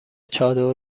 چادر